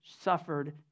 suffered